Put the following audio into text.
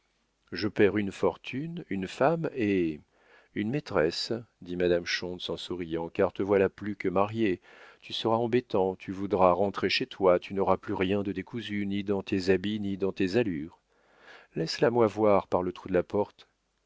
je perds une fortune une femme et une maîtresse dit madame schontz en souriant car te voilà plus que marié tu seras embêtant tu voudras rentrer chez toi tu n'auras plus rien de décousu ni dans tes habits ni dans tes allures laisse la moi voir par le trou de la porte